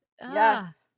Yes